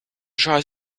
schal